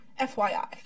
FYI